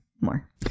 more